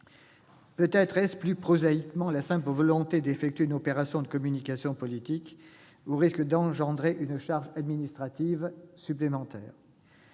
Peut-être s'agit-il, plus prosaïquement, de la simple volonté d'effectuer une opération de communication politique, au risque d'engendrer une charge administrative supplémentaire ?